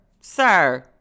sir